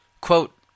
Quote